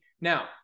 Now